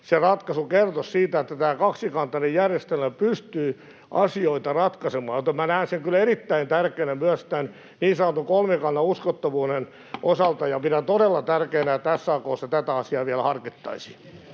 se ratkaisu kertoisi siitä, että tämä kaksikantainen järjestelmä pystyy asioita ratkaisemaan. Minä näen sen kyllä erittäin tärkeänä myös tämän niin sanotun kolmikannan uskottavuuden osalta, ja pidän todella tärkeänä, että SAK:ssa tätä asiaa vielä harkittaisiin.